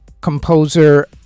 composer